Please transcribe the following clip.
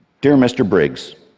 dear mr. briggs,